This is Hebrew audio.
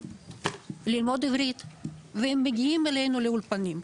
לגבי האולפנים,